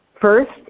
first